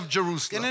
Jerusalem